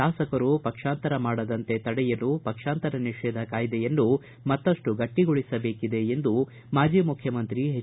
ಶಾಸಕರು ಪಕ್ಷಾಂತರ ಮಾಡದಂತೆ ತಡೆಯಲು ಪಕ್ಷಾಂತರ ನಿಷೇಧ ಕಾಯ್ದೆಯನ್ನು ಮತ್ತಷ್ಟು ಗಟ್ಟಿಗೊಳಿಸಬೇಕಿದೆ ಎಂದು ಮಾಜಿ ಮುಖ್ಯಮಂತ್ರಿ ಎಚ್